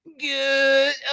Good